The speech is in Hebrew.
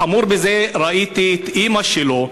חמור מזה: ראיתי את אימא שלו,